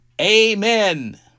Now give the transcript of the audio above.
Amen